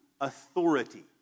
authority